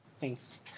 Thanks